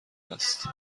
است